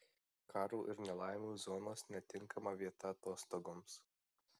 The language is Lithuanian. karo ir nelaimių zonos netinkama vieta atostogoms